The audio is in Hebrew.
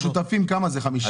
שותף כללי